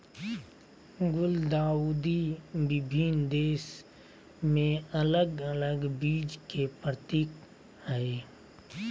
गुलदाउदी विभिन्न देश में अलग अलग चीज के प्रतीक हइ